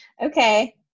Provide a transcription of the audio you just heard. Okay